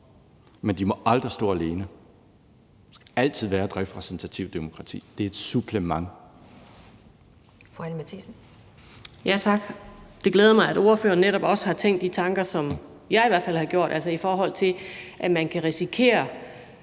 Men de må aldrig stå alene – der skal altid være et repræsentativt demokrati. De er et supplement.